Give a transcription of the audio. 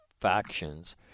factions